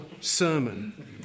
sermon